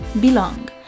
Belong